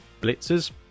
blitzers